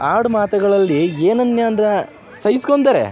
ಆಡುಮಾತ್ಗಳಲ್ಲಿ ಏನನ್ನ ಅಂದ್ರೆ ಸಹಿಸ್ಕೊಂತಾರೆ